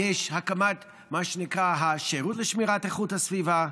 הוקם מה שנקרא "השירות לשמירת איכות הסביבה",